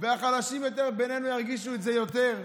והחלשים יותר בינינו ירגישו את זה יותר,